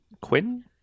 quinn